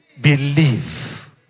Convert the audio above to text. believe